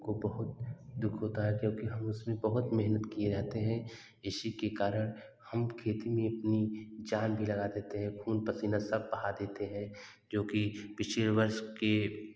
हमको बहुत दुःख होता है क्योंकि हम उसमे बहुत मेहनत किए रहते हैं इसी के कारण हम खेती में अपनी जान भी लगा देते हैं ख़ून पसीना सब बहा देते हैं जो कि पिछले वर्ष के